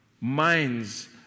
minds